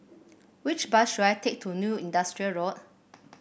which bus should I take to New Industrial Road